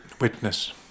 Witness